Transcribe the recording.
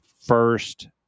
first